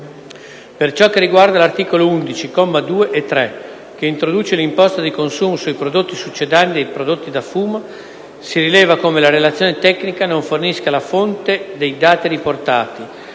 per cio` che riguarda l’articolo 11, commi 22 e 23, che introduce l’imposta di consumo sui prodotti succedanei dei prodotti da fumo, si rileva come la Relazione tecnica non fornisca la fonte dei dati riportati,